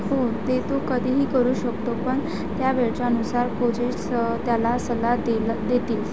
हो ते तू कधीही करू शकतो पण त्यावेळच्यानुसार कोजेस त्याला सल्ला देलं देतील